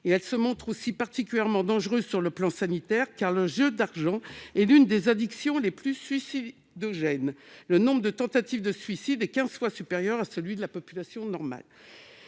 pratiques se montrent aussi particulièrement dangereuses sur le plan sanitaire. Le jeu d'argent est effectivement l'une des addictions les plus suicidogènes : le nombre de tentatives de suicide est quinze fois supérieur à celui de la population normale.